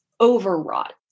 overwrought